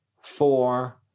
four